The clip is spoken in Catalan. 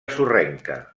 sorrenca